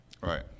Right